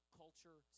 culture